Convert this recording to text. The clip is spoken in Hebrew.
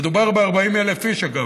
מדובר ב-40,000 איש, אגב.